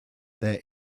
there